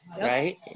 right